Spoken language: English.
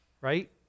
right